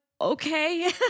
okay